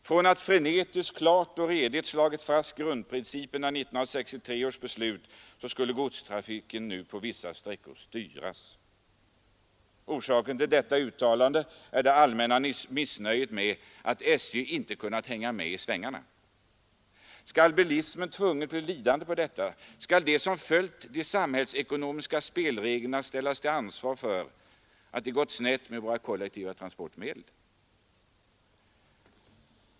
Från att i 1963 års beslut klart och redigt ha slagit fast grundprinciperna, ville man nu att godstrafiken på vissa sträckor skulle styras. Orsaken till detta uttalande är det allmänna missnöjet med att SJ inte kunnat hänga med i svängarna. Skall bilismen tvunget bli lidande på detta? Skall de som följt de samhällsekonomiska spelreglerna ställas till ansvar för att det gått snett med våra kollektiva transportmedel?